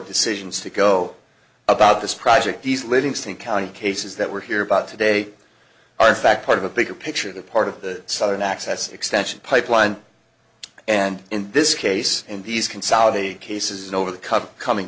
decisions to go about this project these livingston county cases that we're hear about today are in fact part of a bigger picture the part of the southern access extension pipeline and in this case and these consolidated cases